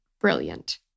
brilliant